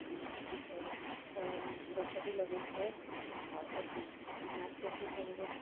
ଏମିତି କି ଫଳ ଫଳ ଗଛ ବି ଲଗାଇଥାଏ ଆଉ ମାର୍କେଟରୁ ସବୁ